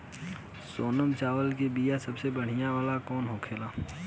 सोनम चावल के बीया सबसे बढ़िया वाला कौन होखेला?